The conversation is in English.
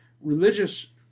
religious